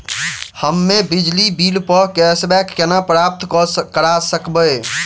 हम्मे बिजली बिल प कैशबैक केना प्राप्त करऽ सकबै?